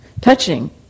touching